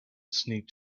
sneaked